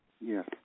Yes